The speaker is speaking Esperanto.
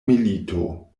milito